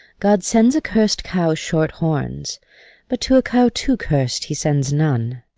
god sends a curst cow short horns but to a cow too curst he sends none.